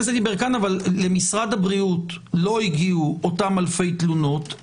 למשרד הבריאות לא הגיעו אותן אלפי תלונות.